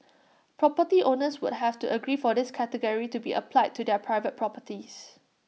property owners would have to agree for this category to be applied to their private properties